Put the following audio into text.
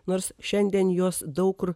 nors šiandien jos daug kur